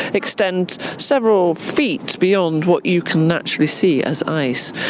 extend several feet beyond what you can naturally see as ice.